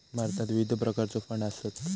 भारतात विविध प्रकारचो फंड आसत